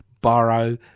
borrow